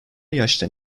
yaştan